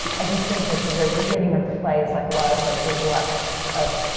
i just think that the very beginning of the play is like a lot of plays. there's a lot of.